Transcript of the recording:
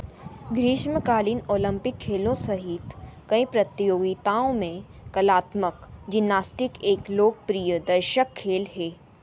ग्रीष्मकालीन ओलंपिक खेलों सहित कई प्रतियोगिताओं में कलात्मक जिम्नास्टिक एक लोकप्रियदर्शक खेल है